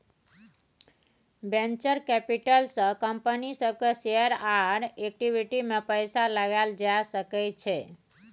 venture capital से company सब के शेयर आ इक्विटी में पैसा लगाएल जा सकय छइ